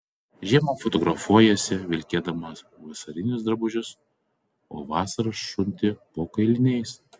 žiemą fotografuojiesi vilkėdama vasarinius drabužius o vasarą šunti po kailiniais